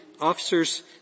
officers